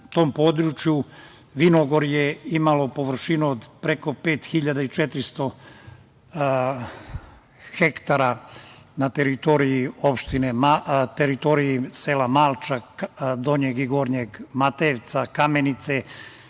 tom području vinogorje imalo površinu od preko 5.400 hektara na teritoriji sela Malča, Donjeg i Gornjeg Matejevca, Kamenice